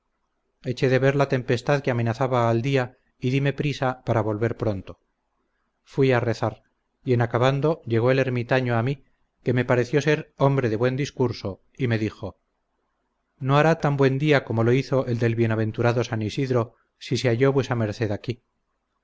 eché de ver la tempestad que amenazaba al día y dime prisa para volver pronto fui a rezar y en acabando llegó el ermitaño a mí que me pareció ser hombre de buen discurso y me dijo no hará tan buen día como hizo el del bienaventurado san isidro si se halló vuesa merced aquí